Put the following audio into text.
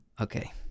Okay